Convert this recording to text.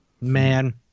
Man